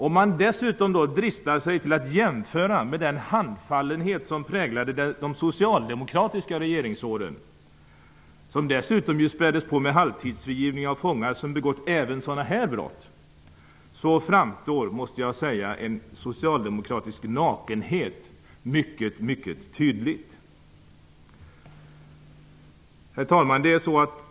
Om man dessutom då dristar sig till att jämföra med den handfallenhet som präglade de socialdemokratiska regeringsåren -- som dessutom späddes på med halvtidsfrigivning även av fångar som begått sådana här brott -- framstår en socialdemokratisk nakenhet mycket tydligt. Herr talman!